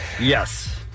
Yes